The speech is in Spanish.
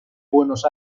buenos